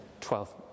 Twelfth